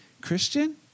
Christian